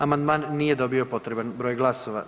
Amandman nije dobio potreban broj glasova.